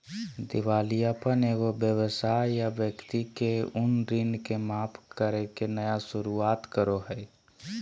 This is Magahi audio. दिवालियापन एगो व्यवसाय या व्यक्ति के उन ऋण के माफ करके नया शुरुआत करो हइ